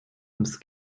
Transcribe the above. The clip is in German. ums